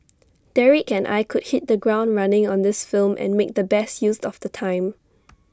Derek and I could hit the ground running on this film and make the best use of the time